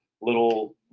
little